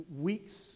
weeks